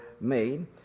made